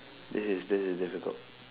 this is this is difficult